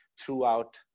throughout